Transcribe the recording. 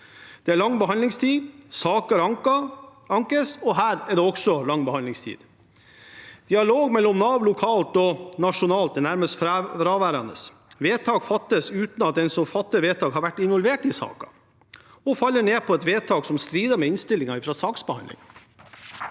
Det er lang behandlingstid, saker ankes, og her er det også lang behandlingstid. Dialog mellom Nav lokalt og Nav nasjonalt er nærmest fraværende. Vedtak fattes uten at den som fatter vedtak, har vært involvert i saken, og dermed kan falle ned på et vedtak som strider med innstillingen fra saksbehandleren.